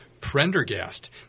Prendergast